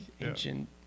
ancient